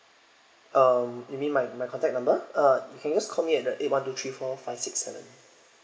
um you mean my my contact number uh you can just call me at uh eight one two three four five six seven